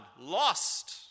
lost